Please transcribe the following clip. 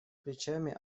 плечами